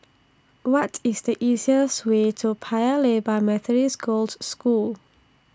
What IS The easiest Way to Paya Lebar Methodist Girls' School